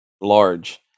large